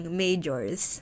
majors